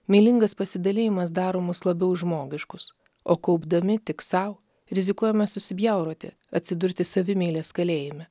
meilingas pasidalijimas daromus labiau žmogiškus o kaupdami tik sau rizikuojame susibjauroti atsidurti savimeilės kalėjime